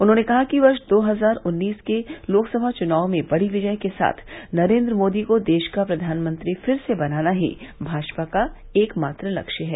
उन्होंने कहा कि वर्ष दो हजार उन्नीस के लोकसभा चुनाव में बड़ी विजय के साथ नरेन्द्र मोदी को देश का प्रधानमंत्री फिर से बनाना ही भाजपा का एकमात्र लक्ष्य है